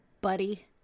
buddy